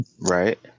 right